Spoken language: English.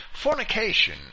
Fornication